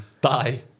Bye